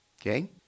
Okay